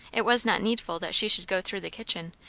it was not needful that she should go through the kitchen,